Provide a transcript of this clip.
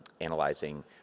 analyzing